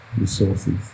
resources